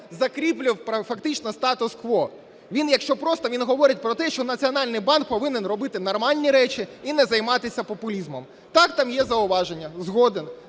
закріплює фактично статус-кво. Він, якщо просто, він говорить про те, що Національний банк повинен робити нормальні речі і не займатися популізмом. Так, там є зауваження, згоден.